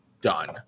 done